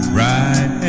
right